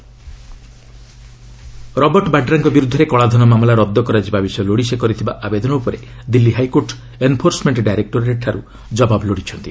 high court Vadra Robert ବାଡ୍ରାଙ୍କ ବିରୁଦ୍ଧରେ କଳାଧନ ମାମଲା ରଦ୍ଦ କରାଯିବା ବିଷୟ ଲୋଡ଼ି ସେ କରିଥିବା ଆବେଦନ ଉପରେ ଦିଲ୍ଲୀ ହାଇକୋର୍ଟ ଏନ୍ଫୋର୍ସମେଣ୍ଟ ଡାଇରେକ୍ଟୋରେଟ୍ ଠାରୁ ଜବାବ ଲୋଡ଼ିଛନ୍ତି